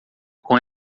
com